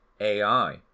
AI